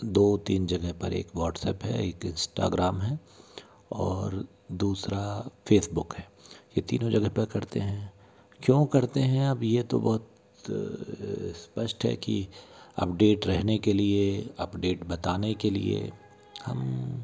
दो तीन जगह पर एक वॉट्सअप है एक इस्टाग्राम है और दूसरा फेसबुक है ये तीनों जगह पर करते हैं क्यों करते हैं अब ये तो बहुत स्पष्ट है कि अपडेट रहने के लिए अपडेट बताने के लिए हम